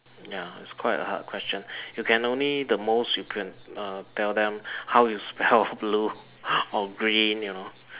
ya it's quite a hard question you can only the most you could uh tell them how to spell blue or green you know